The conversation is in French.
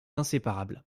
inséparable